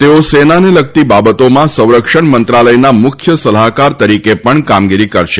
તેઓ સેનાને લગતી બાબતોમાં સંરક્ષણ મંત્રાલયના મુખ્ય સલાહકાર તરીકે પણ કામગીરી કરશે